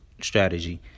strategy